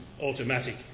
automatic